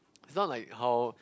is not like how